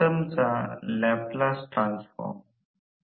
हा s X 2 हा दिला जातो जो बदलणारी राशी आहे